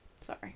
Sorry